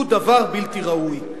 הוא דבר בלתי ראוי.